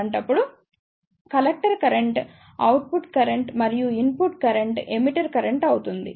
అలాంటప్పుడు collector current output current మరియు input current emitter current అవుతుంది